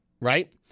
right